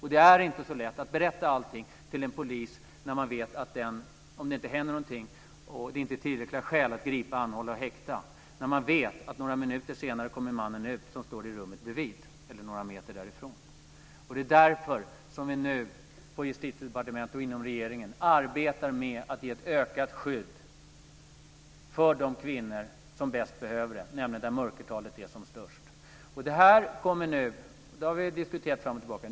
Det är inte så lätt att berätta allting för en polis när man vet att mannen som står i rummet bredvid eller några meter därifrån kommer ut om några minuter om det inte finns tillräckliga skäl att gripa, anhålla och häkta. Det är därför som vi nu på Justitiedepartementet och inom regeringen arbetar med att ge ett ökat skydd för de kvinnor som bäst behöver det, nämligen där mörkertalet är som störst. Vi har diskuterat detta fram och tillbaka.